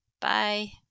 Bye